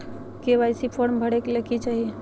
KYC form भरे ले कि चाही?